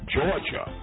Georgia